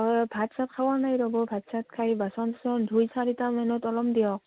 অঁ ভাত চাত খাৱা নাই ৰ'ব ভাত চাত খাই বাচন চাচন ধুই চাৰিটামানত ওলাম দিয়ক